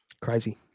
Crazy